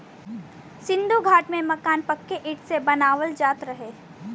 सिन्धु घाटी में मकान पक्के इटा से बनावल जात रहे